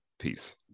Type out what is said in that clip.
Peace